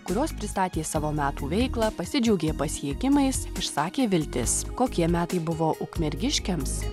kurios pristatė savo metų veiklą pasidžiaugė pasiekimais išsakė viltis kokie metai buvo ukmergiškiams